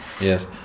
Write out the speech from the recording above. Yes